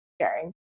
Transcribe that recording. sharing